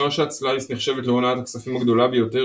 פרשת סלייס נחשבת להונאת הכספים הגדולה ביותר